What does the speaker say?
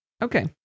Okay